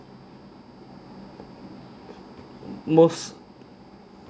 most